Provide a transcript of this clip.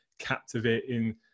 captivating